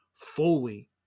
fully